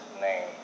name